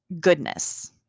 goodness